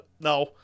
no